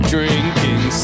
Drinking